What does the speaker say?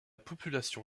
population